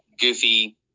goofy